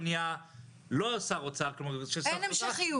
נהיה לא שר אוצר --- אין המשכיות.